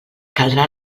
caldrà